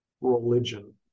religion